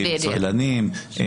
צוללנים,